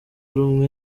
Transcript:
rumwe